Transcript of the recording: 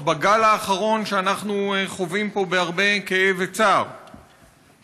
בגל האחרון שאנחנו חווים פה בהרבה כאב וצער,